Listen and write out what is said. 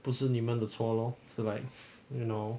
不是你们的错 lor 是 like you know